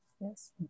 yes